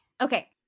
okay